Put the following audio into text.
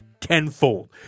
tenfold